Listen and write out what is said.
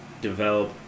develop